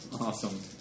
Awesome